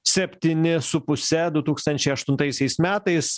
septyni su puse du tūkstančiai aštuntaisiais metais